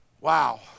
wow